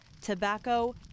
tobacco